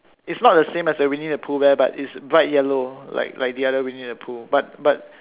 it's not the same as the Winnie the Pooh bear but it's bright yellow like like the other Winnie the Pooh but but